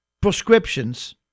prescriptions